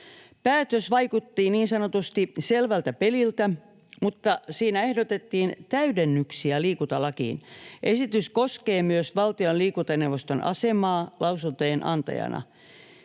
Päätös vaikutti niin sanotusti selvältä peliltä, mutta siinä ehdotettiin täydennyksiä liikuntalakiin. Esitys koskee myös valtion liikuntaneuvoston asemaa lausuntojen antajana.